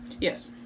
yes